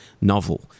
novel